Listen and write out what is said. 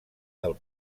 del